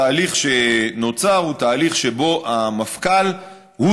התהליך שנוצר הוא תהליך שבו המפכ"ל הוא